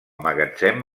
magatzem